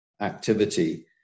activity